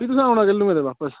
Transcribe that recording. फ्ही तुसें औना किल्नू ऐ बापस